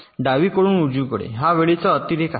डावीकडून उजवीकडे हा वेळेचा अतिरेक आहे